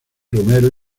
romero